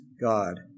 God